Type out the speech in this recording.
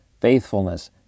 faithfulness